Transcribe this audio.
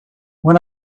when